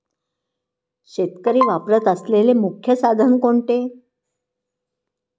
शेतकरी वापरत असलेले मुख्य साधन कोणते?